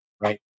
right